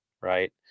Right